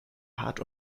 hart